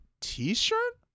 T-shirt